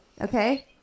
okay